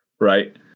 right